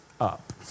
up